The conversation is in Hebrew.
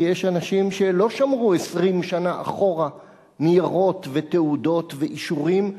כי יש אנשים שלא שמרו 20 שנה אחורה ניירות ותעודות ואישורים,